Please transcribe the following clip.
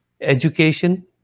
education